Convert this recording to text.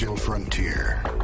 frontier